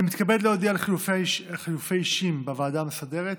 אני מתכבד להודיע על חילופי אישים בוועדה המסדרת: